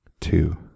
Two